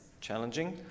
challenging